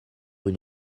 une